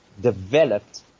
developed